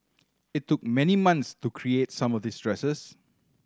it took many months to create some of these dresses